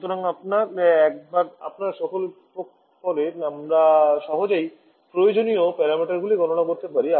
সুতরাং একবার আপনার সকলের পরে আমরা সহজেই প্রয়োজনীয় প্যারামিটারগুলি গণনা করতে পারি